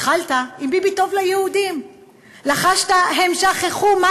התחלת עם "ביבי טוב ליהודים"; לחשת: "הם שכחו מה